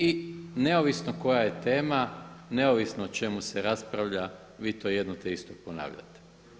I neovisno koja je tema, neovisno o čemu se raspravlja, vi to jedno te isto ponavljajte.